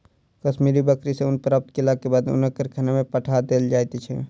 कश्मीरी बकरी सॅ ऊन प्राप्त केलाक बाद ऊनक कारखाना में पठा देल जाइत छै